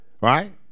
Right